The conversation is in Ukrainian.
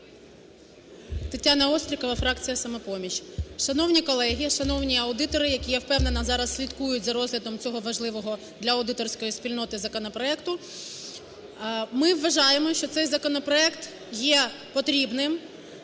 Тетяна Острікова, фракція "Самопоміч". Шановні колеги, шановні аудитори, які, я впевнена, зараз слідкують за розглядом цього важливого для аудиторської спільноти законопроекту, ми вважаємо, що цей законопроект є потрібним,